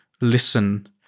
listen